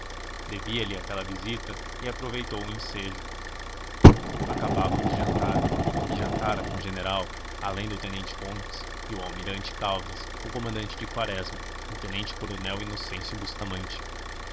albernaz devia lhe aquela visita e aproveitou o ensejo acabavam de jantar e jantara com o general além do tenente fontes e o almirante caldas o comandante de quaresma o tenente-coronel inocêncio bustamante